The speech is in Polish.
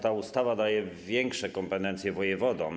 Ta ustawa daje większe kompetencje wojewodom.